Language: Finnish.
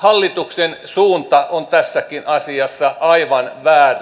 hallituksen suunta on tässäkin asiassa aivan väärä